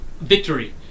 victory